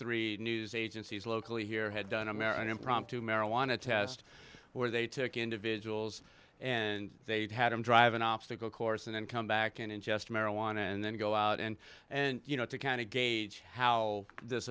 three news agencies locally here had done american impromptu marijuana test where they took individuals and they'd had them drive an obstacle course and then come back and ingest marijuana and then go out and and you know to kind of gauge how this